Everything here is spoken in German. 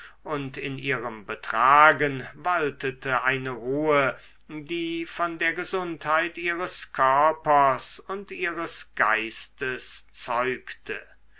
und in ihrem betragen waltete eine ruhe die von der gesundheit ihres körpers und ihres geistes zeugte